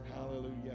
Hallelujah